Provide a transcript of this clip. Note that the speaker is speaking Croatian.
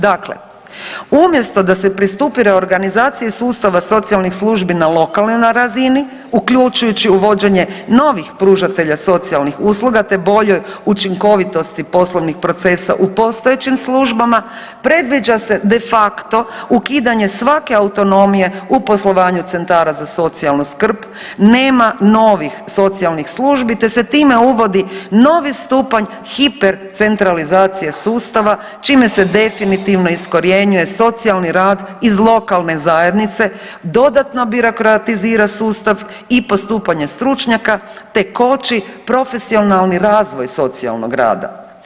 Dakle, umjesto da se pristupi reorganizaciji sustava socijalnih službi na lokalnoj razini uključujući uvođenje novih pružatelja socijalnih usluga, te boljoj učinkovitosti poslovnih procesa u postojećim službama predviđa se de facto ukidanje svake autonomije u poslovanju centara za socijalnu skrb, nema novih socijalnih službi, te se time uvodi novi stupanj hiper centralizacije sustava čime se definitivno iskorjenjuje socijalni rad iz lokalne zajednice, dodatno birokratizira sustav i postupanje stručnjaka, te koči profesionalni razvoj socijalnog rada.